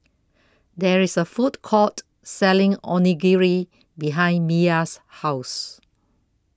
There IS A Food Court Selling Onigiri behind Miya's House